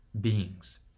beings